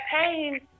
pain